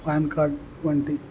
pan card వంటి